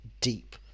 deep